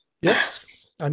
Yes